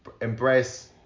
Embrace